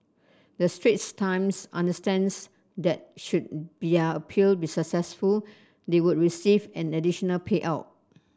the Straits Times understands that should appeal be successful they would receive an additional payout